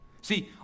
See